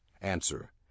Answer